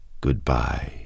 Goodbye